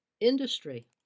industry